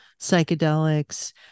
psychedelics